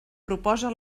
proposa